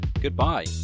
Goodbye